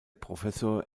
professor